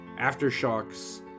Aftershocks